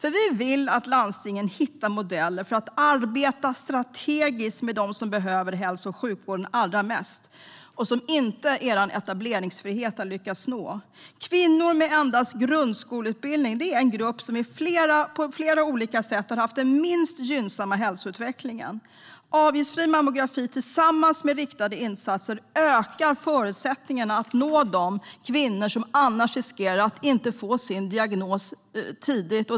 Vi vill nämligen att landstingen hittar modeller för att arbeta strategiskt med dem som behöver hälso och sjukvården allra mest och som inte er etableringsfrihet har lyckats nå. Kvinnor med endast grundskoleutbildning är den grupp som på flera olika sätt har haft den minst gynnsamma hälsoutvecklingen. Avgiftsfri mammografi tillsammans med riktade insatser ökar förutsättningarna för att nå de kvinnor som annars riskerar att inte få sin diagnos tidigt.